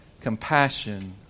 compassion